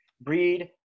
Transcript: breed